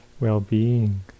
well-being